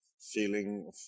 feeling